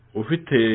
ufite